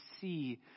see